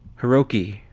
hiroki.